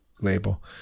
label